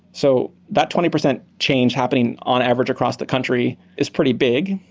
so that twenty percent change happening on average across the country is pretty big,